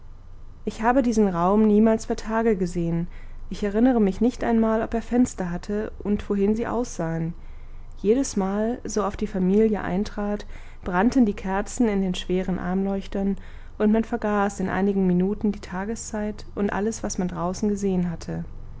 ich habe diesen raum niemals bei tage gesehen ich erinnere mich nicht einmal ob er fenster hatte und wohin sie aussahen jedes mal so oft die familie eintrat brannten die kerzen in den schweren armleuchtern und man vergaß in einigen minuten die tageszeit und alles was man draußen gesehen hatte